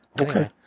Okay